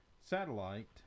satellite